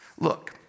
Look